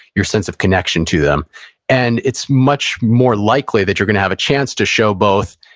your sense of connection to them and it's much more likely that you're going to have a chance to show both,